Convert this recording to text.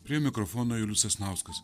prie mikrofono julius sasnauskas